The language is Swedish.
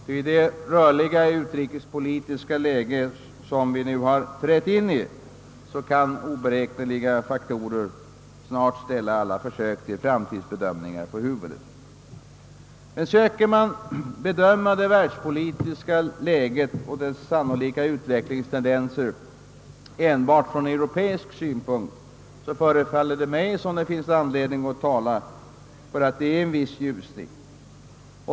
Ty i det rörliga utrikespolitiska läge där vi nu inträtt kan oberäkneliga faktorer snart ställa alla försök till framtidsbedömning på huvudet. Om man försöker bedöma det världspolitiska läget och de sannolika utvecklingstendenserna enbart från europeisk horisont, förefaller det mig som om det kan förmärkas en viss ljusning.